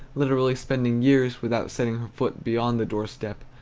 literally spending years without setting her foot beyond the doorstep,